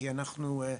כי אנחנו,